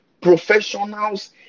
professionals